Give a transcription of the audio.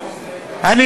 אתה תסיים את זה עד הסוף?